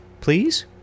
please